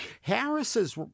Harris's